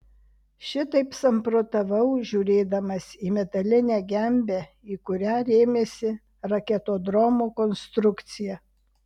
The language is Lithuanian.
šitaip samprotavau žiūrėdamas į metalinę gembę į kurią rėmėsi raketodromo konstrukcija